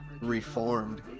reformed